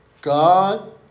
God